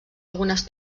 algunes